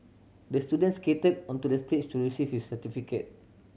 the student skated onto the stage to receive his certificate